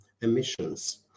emissions